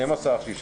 16,